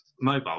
mobile